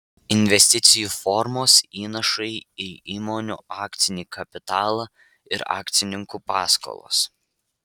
investicijų formos įnašai į įmonių akcinį kapitalą ir akcininkų paskolos